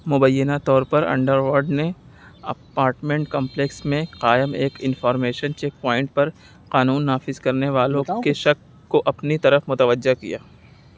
مبینہ طور پر انڈر ورلڈ نے اپارٹمنٹ کمپلیکس میں قائم ایک انفارمیشن چیک پوائنٹ پر قانون نافذ کرنے والوں کے شک کو اپنی طرف متوجہ کیا